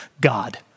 God